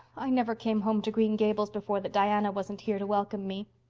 i never came home to green gables before that diana wasn't here to welcome me.